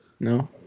No